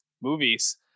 movies